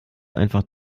einfach